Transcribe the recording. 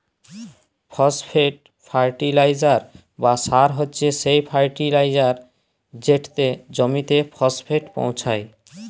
phosphate fertiliser বা সার হছে সে ফার্টিলাইজার যেটতে জমিতে ফসফেট পোঁছায়